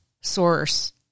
source